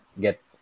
get